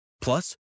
plus